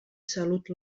salut